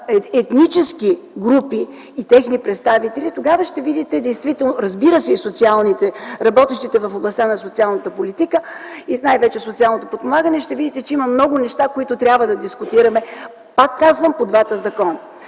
етнически групи и техни представители, разбира се, и работещите в областта на социалната политика и най-вече социалното подпомагане, ще видите, че има много неща, които трябва да дискутираме, пак казвам, по двата закона.